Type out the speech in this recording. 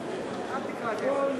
ממשיכים